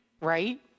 right